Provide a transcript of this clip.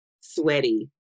sweaty